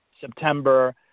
September